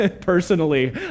personally